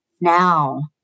now